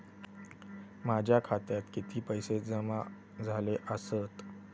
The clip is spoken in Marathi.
माझ्या खात्यात किती पैसे जमा झाले आसत?